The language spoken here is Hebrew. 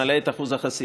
נעלה את אחוז החסימה,